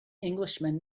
englishman